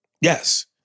Yes